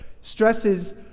stresses